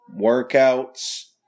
workouts